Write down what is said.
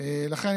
לכן,